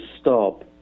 stop